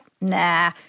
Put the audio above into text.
Nah